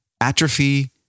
Atrophy